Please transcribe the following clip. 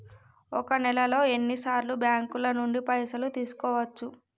ఒక నెలలో ఎన్ని సార్లు బ్యాంకుల నుండి పైసలు తీసుకోవచ్చు?